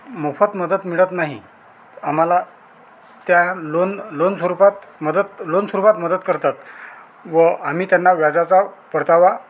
मोफत मदत मिळत नाही आम्हाला त्या लोन लोन स्वरूपात मदत लोन स्वरूपात मदत करतात व आम्ही त्यांना व्याजाचा परतावा